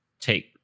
take